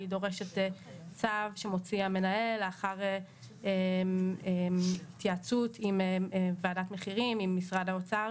היא דורשת צו שמוציא המנהל לאחר התייעצות עם ועדת מחירים,